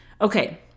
Okay